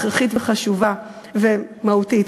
הכרחית ומהותית.